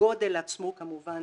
הגודל עצמו כמובן